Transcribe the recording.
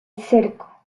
cerco